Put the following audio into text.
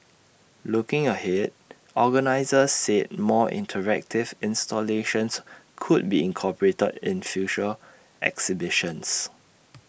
looking ahead organisers said more interactive installations could be incorporated in future exhibitions